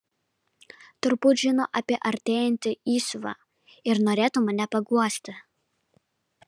turbūt žino apie artėjantį įsiuvą ir norėtų mane paguosti